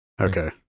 okay